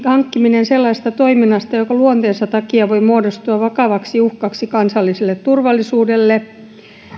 hankkiminen sellaisesta toiminnasta joka luonteensa takia voi muodostua vakavaksi uhkaksi kansalliselle turvallisuudelle